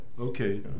Okay